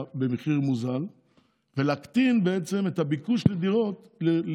במחיר מוזל ולהקטין בעצם את הביקוש לקנייה,